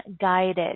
guided